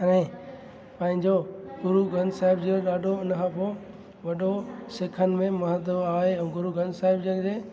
अने पंहिंजो गुरू ग्रंथ साहिब जी खे ॾाढो हिन खां पोइ वॾो सिखनि में महत्तव आहे गुरू ग्रंथ साहिब जे हिते